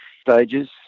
stages